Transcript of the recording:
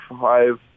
five